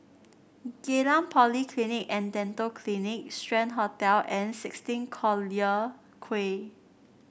Geylang Polyclinic and Dental Clinic Strand Hotel and sixteen Collyer Quay